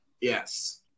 Yes